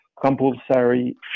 compulsory